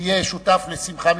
שתהיה שותף לשמחה משפחתית,